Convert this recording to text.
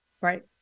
Right